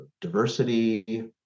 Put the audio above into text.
diversity